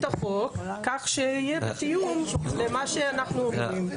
החוק כך שיהיה תיאום למה שאנחנו אומרים.